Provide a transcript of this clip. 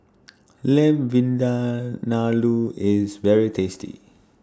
Lamb IS very tasty